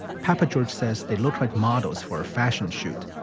papageorge says they looked like models for a fashion shoot,